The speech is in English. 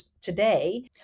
today